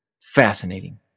Fascinating